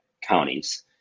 counties